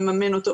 מממן אותו,